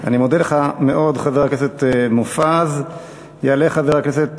אני מודה לך מאוד, חבר הכנסת מופז.